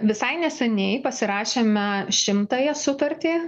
visai neseniai pasirašėme šimtąją sutartį